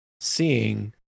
seeing